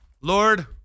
Lord